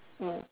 mm